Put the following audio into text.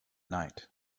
night